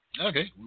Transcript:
Okay